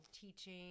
teaching